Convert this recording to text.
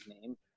name